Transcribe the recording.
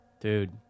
Dude